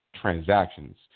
transactions